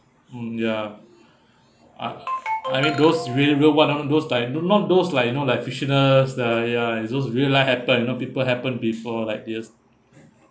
mm ya uh I mean those really real [one] one of those like n~ not those like you know like fictionals the ya it's those real life happened you know people happened before like yes